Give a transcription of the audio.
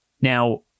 Now